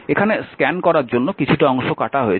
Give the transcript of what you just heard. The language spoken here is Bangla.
এখানে স্ক্যান করার জন্য কিছুটা অংশ কাটা হয়েছে